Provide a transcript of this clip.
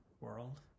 world